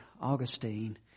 Augustine